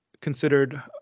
considered